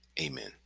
amen